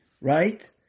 Right